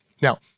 now